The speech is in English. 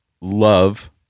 love